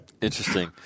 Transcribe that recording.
Interesting